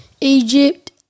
Egypt